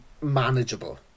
manageable